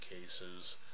cases